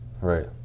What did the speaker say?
right